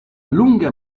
lunga